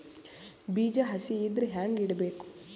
ಬೀಜ ಹಸಿ ಇದ್ರ ಹ್ಯಾಂಗ್ ಇಡಬೇಕು?